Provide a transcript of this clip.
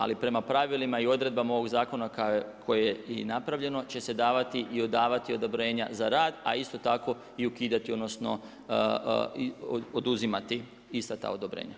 Ali, prema pravilima i odredbama ovog zakona koji je i napravljano, će se davati i odavati odobrenja za rad, a isto tako i ukidati, odnosno, oduzimati ista ta odobrenja.